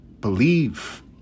believe